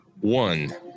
one